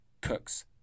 Cook's